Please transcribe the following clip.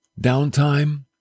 downtime